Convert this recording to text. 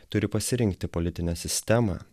turi pasirinkti politinę sistemą